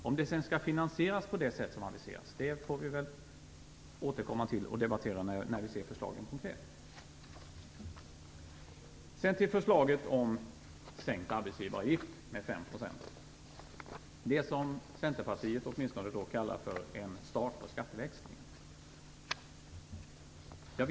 Om det sedan skall finansieras på det sätt som aviseras får vi väl återkomma till och debattera när vi ser förslagen konkret. Sedan till förslaget om sänkt arbetsgivaravgift med 5 %, det som åtminstone Centerpartiet kallar för en start på skatteväxlingen.